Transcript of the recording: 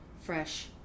fresh